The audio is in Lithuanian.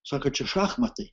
sako čia šachmatai